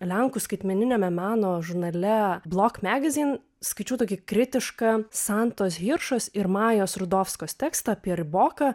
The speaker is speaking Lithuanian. lenkų skaitmeniniame meno žurnale blok megezin skaičiau tokį kritišką santos hiršos ir majos rudovskos tekstą apie riboką